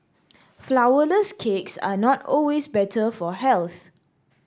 flour less cakes are not always better for health